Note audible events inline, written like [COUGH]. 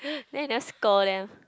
[BREATH] then you never scold them